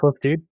dude